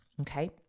Okay